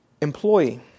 Employee